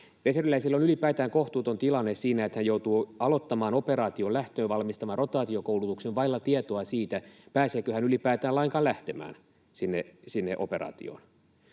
Reserviläisillä on ylipäätään kohtuuton tilanne siinä, että he joutuvat aloittamaan operaatioon lähtöön valmistavan rotaatiokoulutuksen vailla tietoa siitä, pääsevätkö he ylipäätään lainkaan lähtemään sinne operaatioon.